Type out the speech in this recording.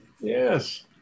yes